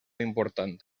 important